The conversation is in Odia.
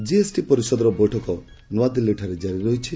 ଜିଏସ୍ଟି ପରିଷଦର ବୈଠକ ନୂଆଦିଲ୍ଲୀରେ କାରି ରହିଛି